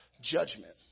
judgment